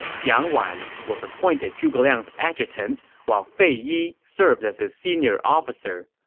jiang wan was appointed zhuge liang's adjutant, while fei yi served as his senior officer.